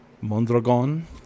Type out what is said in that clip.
Mondragon